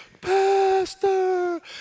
pastor